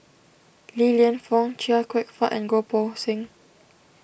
Li Lienfung Chia Kwek Fah and Goh Poh Seng